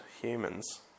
humans